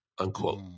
unquote